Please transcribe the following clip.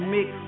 Mix